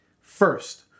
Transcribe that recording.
First